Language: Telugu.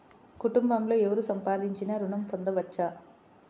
కుటుంబంలో ఎవరు సంపాదించినా ఋణం పొందవచ్చా?